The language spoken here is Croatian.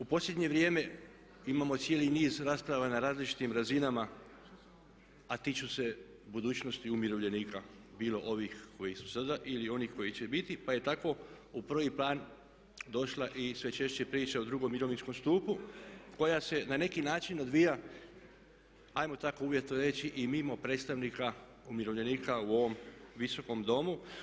U posljednje vrijeme imamo cijeli niz rasprava na različitim razinama, a tiču se budućnosti umirovljenika, bilo ovih koji su sada ili onih koji će biti pa je tako u prvi plan došla i sve češće priča o drugom mirovinskom stupu koja se na neki način odvija ajmo tako uvjetno reći i mimo predstavnika umirovljenika u ovom Visokom domu.